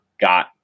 got